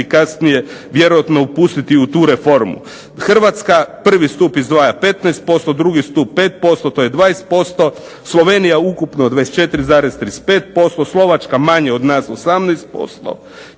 kasnije vjerojatno upustiti u tu reformu. Hrvatska prvi stup izdvaja 15%, drugi stup 5%. To je 20%. Slovenija ukupno 24,35%. Slovačka manje od nas 18%,